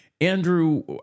Andrew